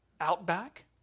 Outback